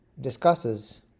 discusses